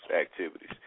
activities